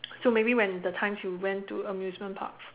so maybe when the times you went to amusement parks